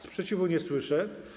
Sprzeciwu nie słyszę.